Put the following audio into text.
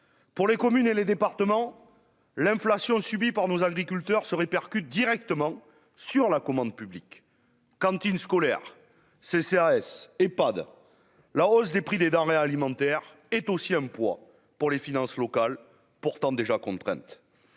pour les communes et les départements, l'inflation subie par nos agriculteurs se répercute directement sur la commande publique cantines scolaires CCAS Epad : la hausse des prix des denrées alimentaires, est aussi un poids pour les finances locales, pourtant déjà contrainte